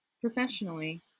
professionally